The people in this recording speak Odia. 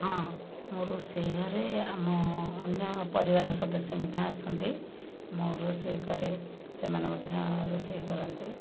ହଁ ମୁଁ ରୋଷେଇ ଘରେ ଆମ ଅନ୍ୟ ପରିବାର ସଦସ୍ୟ ମଧ୍ୟ ଆସନ୍ତି ମୁଁ ରୋଷେଇ କରେ ସେମାନେ ମଧ୍ୟ ରୋଷେଇ କରନ୍ତି